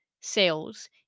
sales